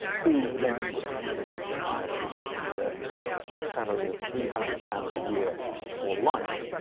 who then promptly hired him at a salary of three hundred pounds a year for life,